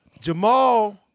Jamal